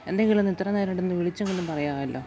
എന്തെങ്കിലുമൊന്ന് ഇത്രനേരമായിട്ടൊന്ന് വിളിച്ചെങ്കിലും പറയാമല്ലോ